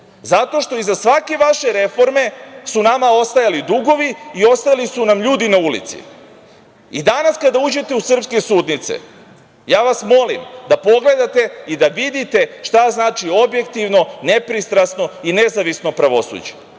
zato što iza svake vaše reforme su nama ostajali dugovi i ostajali su nam ljudi na ulici. Danas kada uđete u srpske sudnice, ja vas molim da pogledate i da vidite šta znači objektivno, nepristrasno i nezavisno pravosuđe. Molim